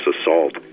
assault